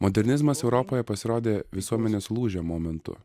modernizmas europoje pasirodė visuomenės lūžio momentu